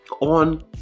on